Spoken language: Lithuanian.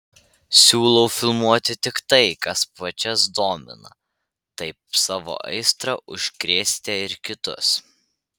siūlau filmuoti tik tai kas pačias domina taip savo aistra užkrėsite ir kitus